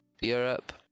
Europe